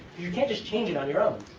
you can't just change it on your own.